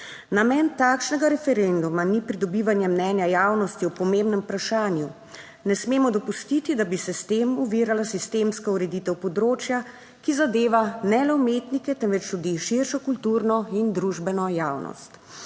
Namen takšnega referenduma ni pridobivanje mnenja javnosti o pomembnem vprašanju. Ne smemo dopustiti, da bi se s tem ovirala sistemska ureditev področja, ki zadeva ne le umetnike temveč tudi širšo kulturno in družbeno javnost.